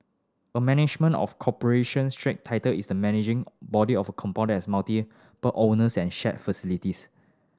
a management of corporation strata title is the managing body of a compound has multiple but owners and shared facilities